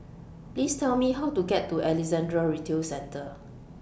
Please Tell Me How to get to Alexandra Retail Centre